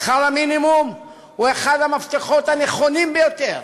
שכר המינימום הוא אחד המפתחות הנכונים ביותר